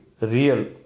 real